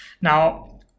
Now